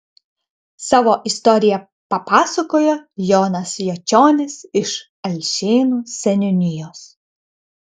savo istoriją papasakojo jonas jočionis iš alšėnų seniūnijos